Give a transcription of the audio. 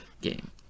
game